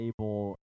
able